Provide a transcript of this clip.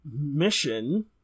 mission